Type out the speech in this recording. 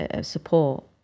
support